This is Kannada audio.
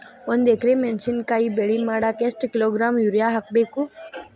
ಒಂದ್ ಎಕರೆ ಮೆಣಸಿನಕಾಯಿ ಬೆಳಿ ಮಾಡಾಕ ಎಷ್ಟ ಕಿಲೋಗ್ರಾಂ ಯೂರಿಯಾ ಹಾಕ್ಬೇಕು?